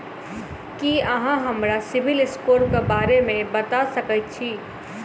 की अहाँ हमरा सिबिल स्कोर क बारे मे बता सकइत छथि?